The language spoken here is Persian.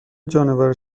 جانور